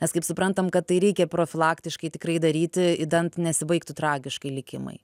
nes kaip suprantam kad tai reikia profilaktiškai tikrai daryti idant nesibaigtų tragiškai likimai